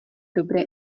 dobré